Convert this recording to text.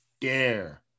dare